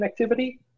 connectivity